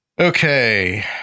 Okay